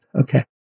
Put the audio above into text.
Okay